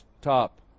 top